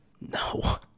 No